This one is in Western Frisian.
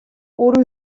oer